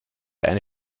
eine